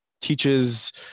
teaches